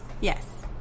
Yes